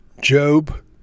Job